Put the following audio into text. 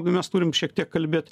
nu mes turim šiek tiek kalbėt